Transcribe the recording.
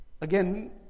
again